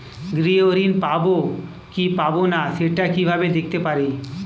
গৃহ ঋণ পাবো কি পাবো না সেটা কিভাবে দেখতে পারি?